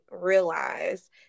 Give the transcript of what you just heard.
realize